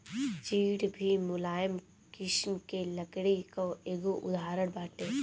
चीड़ भी मुलायम किसिम के लकड़ी कअ एगो उदाहरण बाटे